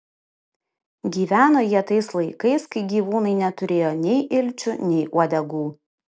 gyveno jie tais laikais kai gyvūnai neturėjo nei ilčių nei uodegų